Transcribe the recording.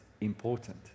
important